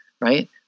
right